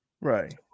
Right